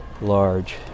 large